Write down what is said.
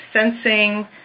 sensing